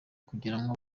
kugeramo